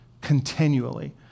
Continually